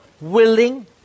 willing